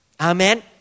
Amen